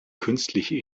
künstliche